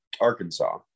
Arkansas